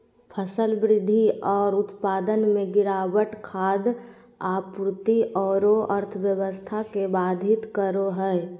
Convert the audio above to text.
फसल वृद्धि और उत्पादन में गिरावट खाद्य आपूर्ति औरो अर्थव्यवस्था के बाधित करो हइ